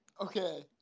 Okay